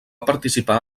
participar